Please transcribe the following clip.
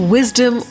Wisdom